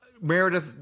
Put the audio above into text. Meredith